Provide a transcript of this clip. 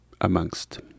amongst